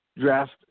draft –